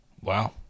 Wow